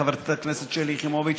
חברת הכנסת שלי יחימוביץ,